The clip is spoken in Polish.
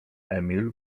emil